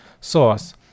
source